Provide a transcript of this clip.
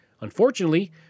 Unfortunately